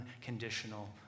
unconditional